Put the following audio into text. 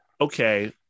okay